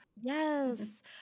Yes